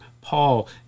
Paul